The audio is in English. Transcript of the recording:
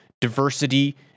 diversity